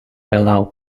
allow